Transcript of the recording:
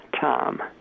Tom